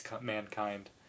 mankind